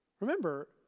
Remember